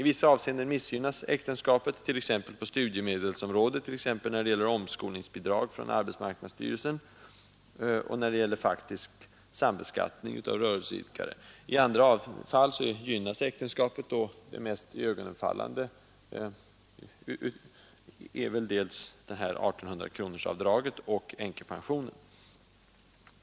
I vissa avseenden missgynnas äktenskapet, t.ex. på studiemedelsområdet, när det gäller omskolningsbidrag från AMS och när det gäller faktisk sambeskattning av rörelseidkare. I andra fall gynnas äktenskapet. Mest iögonenfallande är 1800-kronorsavdraget och änkepensionen.